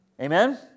Amen